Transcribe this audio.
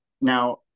Now